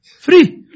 Free